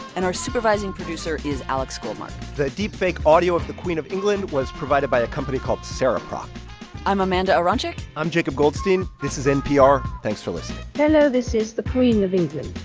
and our supervising producer is alex goldmark the deepfake audio of the queen of england was provided by a company called cereproc i'm amanda aronczyk i'm jacob goldstein. this is npr. thanks for listening hello. this is the queen of england.